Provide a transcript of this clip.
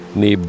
ni